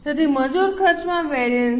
તેથી મજૂર ખર્ચમાં વેરિએન્સ